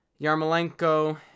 Yarmolenko